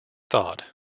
thought